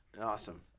awesome